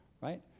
right